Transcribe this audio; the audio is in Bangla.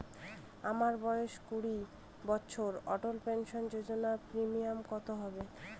আমার বয়স কুড়ি বছর অটল পেনসন যোজনার প্রিমিয়াম কত হবে?